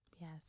Yes